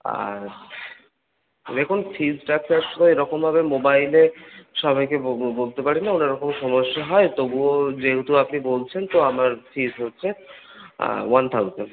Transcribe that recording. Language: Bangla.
আর দেখুন ফিস স্ট্রাকচার তো এরকমভাবে মোবাইলে সবাইকে বলতে পারি না অনেক রকম সমস্যা হয় তবুও যেহেতু আপনি বলছেন তো আমার ফিস হচ্ছে ওয়ান থাউজেন্ড